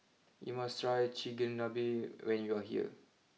you must try Chigenabe when you are here